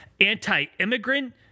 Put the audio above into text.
anti-immigrant